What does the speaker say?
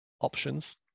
options